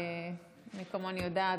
מי כמוני יודעת,